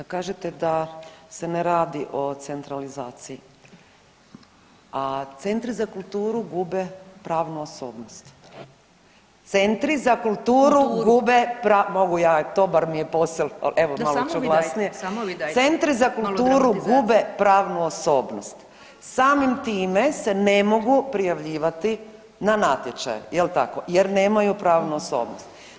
Kažete da se ne radi o centralizaciji, a centri za kulturu gube pravu osobnost, centri za kulture gube, mogu ja dobar mi je … ali evo malo ću glasnije [[Upadica Bedeković: Samo vi dajte malo dramatizacije.]] centri za kulture gube pravnu osobnost, samim time se ne mogu prijavljivati na natječaje jel teko, jer nemaju pravnu osobnost.